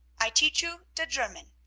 i teach you der german.